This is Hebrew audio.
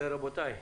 ורבותיי,